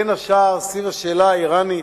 בין השאר סביב השאלה האירנית.